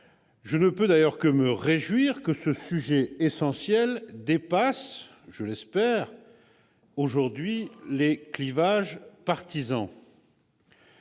Je ne peux d'ailleurs que me réjouir que ce sujet essentiel transcende aujourd'hui les clivages partisans.